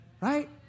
right